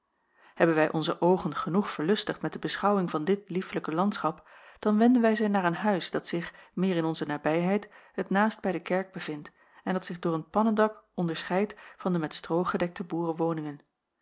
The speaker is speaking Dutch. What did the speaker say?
hebben wij onze oogen genoeg verlustigd met de beschouwing van dit liefelijke landschap dan wenden wij ze naar een huis dat zich meer in onze nabijheid t naast bij de kerk bevindt en dat zich door een pannendak onderscheidt van de met stroo gedekte